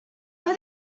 over